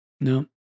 No